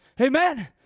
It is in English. Amen